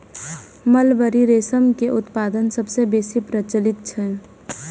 mulberry रेशम के उत्पादन सबसं बेसी प्रचलित छै